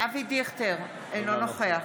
אינו נוכח